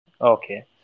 Okay